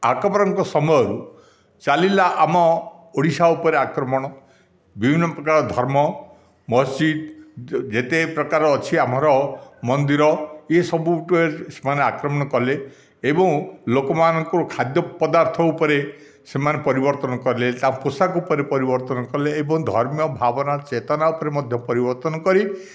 ଆକବରଙ୍କ ସମୟରୁ ଚାଲିଲା ଆମ ଓଡ଼ିଶା ଉପରେ ଆକ୍ରମଣ ବିଭିନ୍ନ ପ୍ରକାର ଧର୍ମ ମସଜିଦ ଯେତେ ପ୍ରକାର ଅଛି ଆମର ମନ୍ଦିର ଏସବୁକୁ ସେମାନେ ଆକ୍ରମଣ କଲେ ଏବଂ ଲୋକମାନଙ୍କ ଖାଦ୍ୟ ପଦାର୍ଥ ଉପରେ ସେମାନେ ପରିବର୍ତ୍ତନ କଲେ ତାଙ୍କ ପୋଷାକ ଉପରେ ପରିବର୍ତ୍ତନ କଲେ ଏବଂ ଧର୍ମୀୟ ଭାବନା ଚେତନା ଉପରେ ମଧ୍ୟ ପରିବର୍ତ୍ତନ କରି